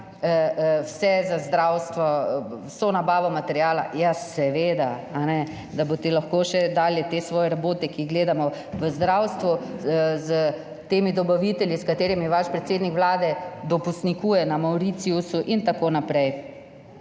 vse za zdravstvo, vso nabavo materiala. Ja, seveda, da boste lahko še dali te svoje rabote, ki jih gledamo v zdravstvu, s temi dobavitelji, s katerimi vaš predsednik Vlade dopustnikuje na Mauritiusu in tako naprej.